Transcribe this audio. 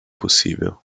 possível